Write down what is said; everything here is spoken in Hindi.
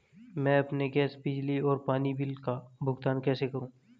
मैं अपने गैस, बिजली और पानी बिल का भुगतान कैसे करूँ?